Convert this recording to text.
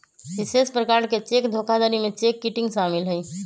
विशेष प्रकार के चेक धोखाधड़ी में चेक किटिंग शामिल हइ